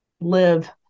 live